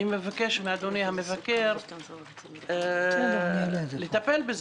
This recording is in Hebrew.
אני מבקש מאדוני המבקר לטפל בזה.